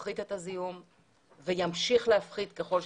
ממשלתית משותפת לכם ולמשרד להגנת הסביבה - אולי גם